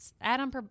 Adam